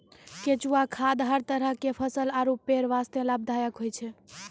केंचुआ खाद हर तरह के फसल आरो पेड़ वास्तॅ लाभदायक होय छै